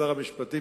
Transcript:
שר המשפטים,